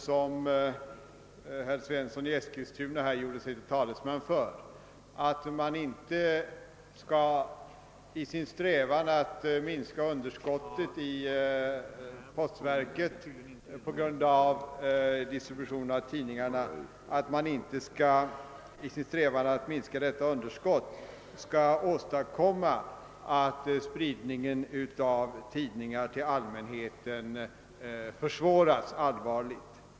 som herr Svensson i Eskilstuna här gjort sig till talesman för, nämligen att man i sin strävan att minska underskottet i postverket vid distributionen av tidningar inte skall åstadkomma att spridningen av tidningar till allmänheten försvåras allvarligt.